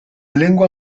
lengua